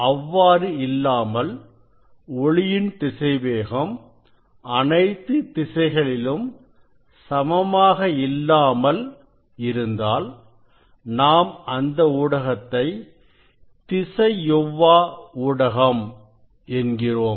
அவ்வாறு இல்லாமல் ஒளியின் திசைவேகம் அனைத்து திசைகளிலும் சமமாக இல்லாமல் இருந்தால் நாம் அந்த ஊடகத்தை திசையொவ்வா ஊடகம் என்கிறோம்